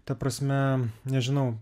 ta prasme nežinau